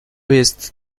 jest